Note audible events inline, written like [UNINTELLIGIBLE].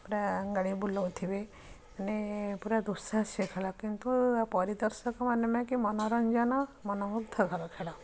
ପୁରା ଗାଡ଼ି ବୁଲାଉଥିବେ ମାନେ ପୁରା ଦୁଃସାହସିକ ଖେଳ କିନ୍ତୁ ପରିଦର୍ଶକମାନେ [UNINTELLIGIBLE] ମନୋରଞ୍ଜନ ମନ ମୁଗ୍ଧକର ଖେଳ